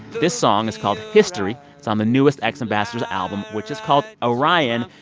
this song is called history. it's on the newest x ambassadors album, which is called orion.